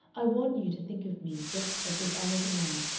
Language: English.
i want you to think of me just as if i was a man,